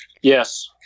Yes